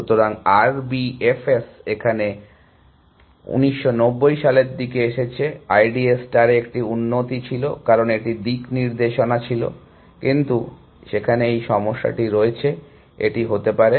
সুতরাং R B F S এখানে 1990 সালের দিকে এসেছে I D A স্টারে একটি উন্নতি ছিল কারণ এটির দিকনির্দেশনা ছিল কিন্তু সেখানে এই সমস্যাটি রয়েছে এটি হতে পারে